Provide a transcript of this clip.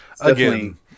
again